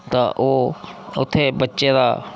तां ओह् उत्थै बच्चे दा